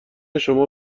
شما